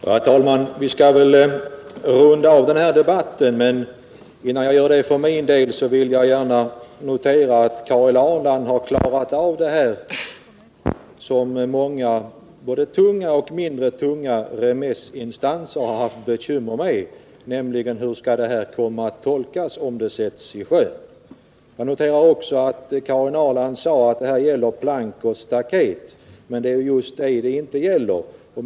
Herr talman! Vi skall väl runda av den här debatten. Men innan jag gör det för min del vill jag gärna notera att Karin Ahrland har klarat av det som många både tunga och mindre tunga remissinstanser haft bekymmer med, nämligen hur lagen skall komma att tolkas, om den så att säga sätts i sjön. Jag noterar också att Karin Ahrland sade att det här gäller plank och staket. Men det är just detta det inte gäller.